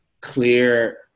clear